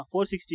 460